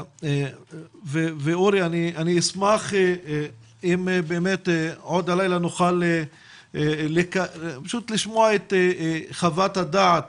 אורי, אשמח אם עוד הלילה נוכל לשמוע את חוות הדעת